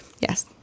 Yes